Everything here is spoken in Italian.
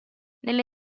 nelle